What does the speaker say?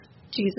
Jesus